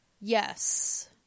Yes